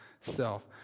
self